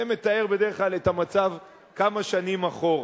זה מתאר בדרך כלל את המצב כמה שנים אחורה.